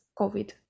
COVID